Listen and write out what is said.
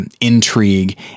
intrigue